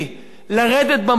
לרדת במקום.